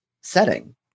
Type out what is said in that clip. setting